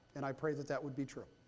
and i pray that that would be true.